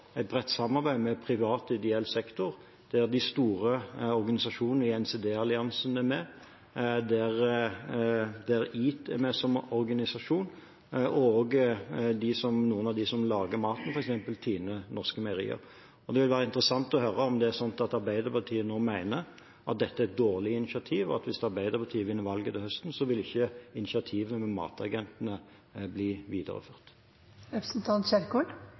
med. NCD-alliansen er med, EAT er med som organisasjon, og også noen av dem som lager maten, f.eks. TINE, Norske Meierier, er med. Det vil være interessant å høre om det er slik at Arbeiderpartiet nå mener at dette er et dårlig initiativ, og at hvis Arbeiderpartiet vinner valget til høsten, vil ikke initiativet med matagentene